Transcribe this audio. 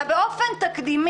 הוא חייב לדעת,